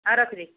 ହଉ ରଖୁଛି